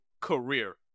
career